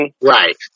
Right